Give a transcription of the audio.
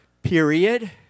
period